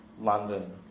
London